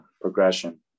progression